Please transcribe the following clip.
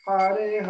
Hare